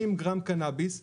60 גרם קנביס לחודש,